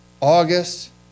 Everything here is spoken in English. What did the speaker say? August